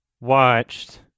watched